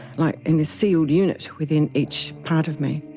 like in a sealed unit within each part of me.